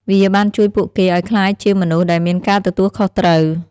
វាបានជួយពួកគេឱ្យក្លាយជាមនុស្សដែលមានការទទួលខុសត្រូវ។